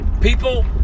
people